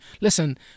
listen